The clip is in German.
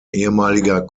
ehemaliger